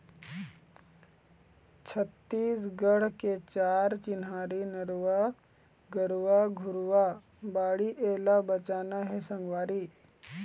छत्तीसगढ़ के चार चिन्हारी नरूवा, गरूवा, घुरूवा, बाड़ी एला बचाना हे संगवारी